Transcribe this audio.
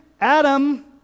adam